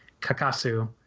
kakasu